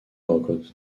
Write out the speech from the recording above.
recrute